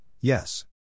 yes